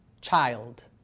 child